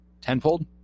tenfold